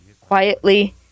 quietly